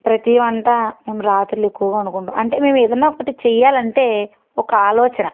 ప్రతి వంటా మేము రాత్రలు ఎక్కువగా వండుకుంటాం అంటే మేం ఏదైన్నా ఒకటి చేయాలంటే ఒక ఆలోచన